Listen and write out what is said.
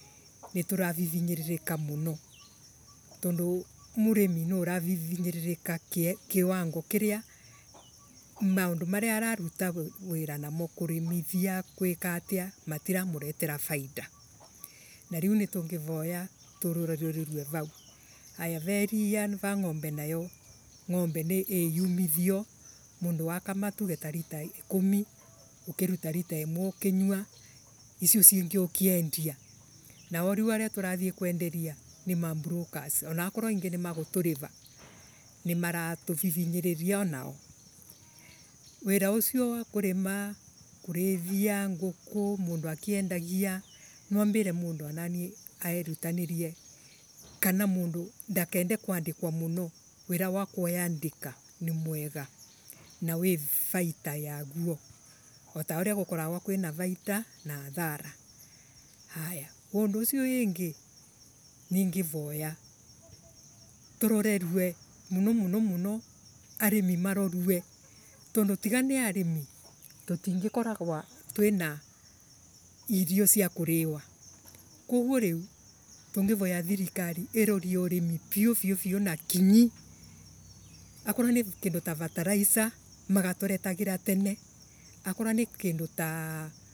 Nituravivinyike muno tondu murimi nuravivinyiririka kiwango kiria maundu maria aravuta wira namo kuriimithia. gwikatia matiramuretera faida. Nariu nitungivoya turorarerwe vau. Aya va iria va ngombe nayo ngombe nii iyumithuo. Mundu akama tuge ta lita ikumi ukivuta ta lita imwe ukinywa icio ciingi ukiendia nao aria riu turathiee kwenderia ni mabrokers anokorwo inge ni maguturiva nimara tuvivinyiriria onao. Wira ucio wa kurima kurithia nguku mundu akiendagia nwambire mundu ananie erutanirie kana mundu ndakende kwandikwa muno wira wa kuiandika nii mwega na wi faita yaguo. Ta uria gukoragwo kwina faita na adhara. Ayaa. undu usio wingi ningivoya tuorerue muno muno arimi marorue tondu tiga ni arimi titingi korogwa twina irio cia kuviirwa koguo riiu tungivoya thirikari irorie urimi viu viu viu na kinyi akorwo ni kindu ta fertilizer magaturetagira tene akorwo ni kindu taa.